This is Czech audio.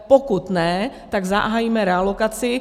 Pokud ne, tak zahájíme realokaci.